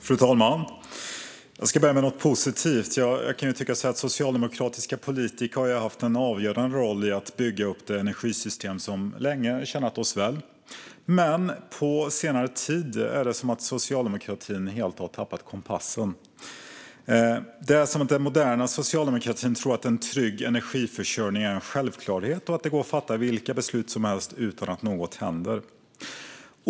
Fru talman! Jag ska börja med något positivt. Socialdemokratiska politiker har haft en avgörande roll i att bygga upp det energisystem som länge tjänat oss väl. Men på senare tid är det som att Socialdemokraterna helt har tappat kompassen. Den moderna socialdemokratin tror att en trygg energiförsörjning är en självklarhet och att det går att fatta vilket beslut som helst utan att något händer.